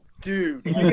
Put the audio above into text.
dude